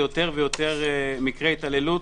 ליותר ויותר מקרי התעללות.